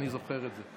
אני זוכר את זה.